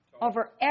Over